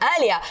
earlier